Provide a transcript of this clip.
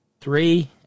three